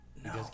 No